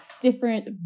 different